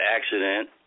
accident